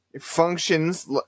functions